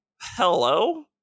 hello